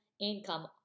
income